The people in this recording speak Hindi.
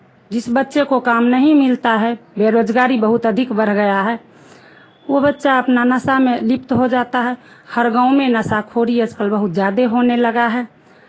जिस बच्चे को काम नहीं मिलता है बेरोज़गारी बहुत अधिक बढ़ गया है वो बच्चा अपना नशा में लिप्त हो जाता है हर गाँव में नशाखोरी आज कल बहुत ज़्यादे होने लगा है